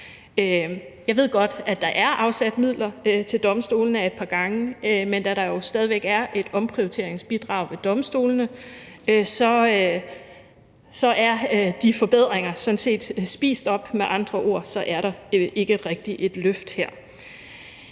Jeg ved godt, at der er afsat midler til domstolene af et par gange, men da der jo stadig væk er et omprioriteringsbidrag ved domstolene, er de forbedringer sådan set spist op – med andre ord er der ikke rigtig et løft her.